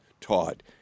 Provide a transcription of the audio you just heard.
taught